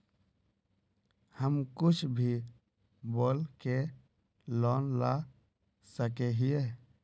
हम कुछ भी बोल के लोन ला सके हिये?